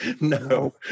No